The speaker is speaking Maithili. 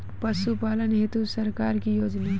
पशुपालन हेतु सरकार की योजना?